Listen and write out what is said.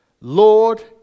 Lord